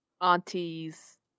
Auntie's